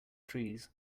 trees